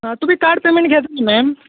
तुमी card payment घेता न्ही मॅम